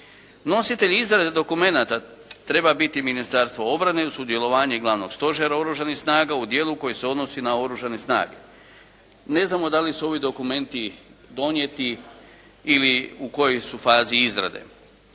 Nositelj izrade dokumenata treba biti Ministarstvo obrane uz sudjelovanje glavnog stožera oružanih snaga u dijelu koji se odnosi na oružane snage. Ne znamo da li su ovi dokumenti donijeti ili u kojoj su fazi izrade.